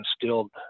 instilled